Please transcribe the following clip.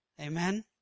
Amen